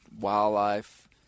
wildlife